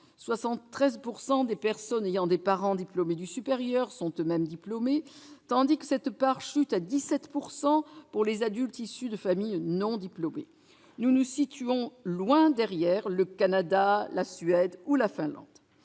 73 % des personnes ayant des parents diplômés du supérieur sont elles-mêmes diplômées, tandis que cette part chute à 17 % pour les adultes issus de familles non diplômées. Nous nous situons loin derrière le Canada, la Suède ou la Finlande.